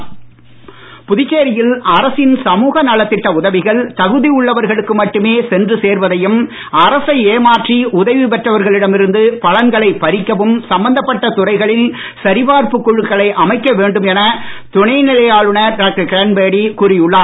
கிரன்பேடி புதுச்சேரியில் அரசின் சமுக நலத்திட்ட உதவிகள் தகுதி உள்ளவர்களுக்கு மட்டுமே சென்று சேர்வதையும் அரசை ஏமாற்றி உதவி பெற்றவர்களிடம் இருந்து பலன்களை பறிக்கவும் சம்பந்தப்பட்ட துறைகளில் சரிபார்ப்புக் குழுக்களை அமைக்க வேண்டும் என துணைநிலை ஆளுநர் டாக்டர் கிரண்பேடி கூறியுள்ளார்